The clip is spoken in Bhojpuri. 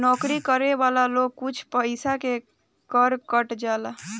नौकरी करे वाला लोग के कुछ पइसा के कर कट जाला